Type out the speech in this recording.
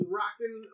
rocking